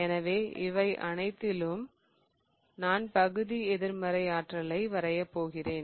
எனவே இவை அனைத்திலும் நான் பகுதி எதிர்மறை ஆற்றலை வரைய போகிறேன்